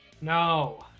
No